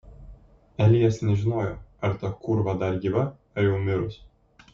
elijas nežinojo ar ta kūrva dar gyva ar jau mirus